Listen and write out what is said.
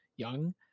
Young